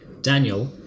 Daniel